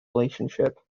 relationship